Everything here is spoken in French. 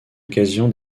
occasion